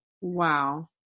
wow